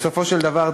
בסופו של דבר,